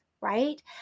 right